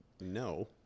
no